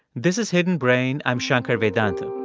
this is hidden brain. i'm shankar vedantam.